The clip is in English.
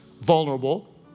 vulnerable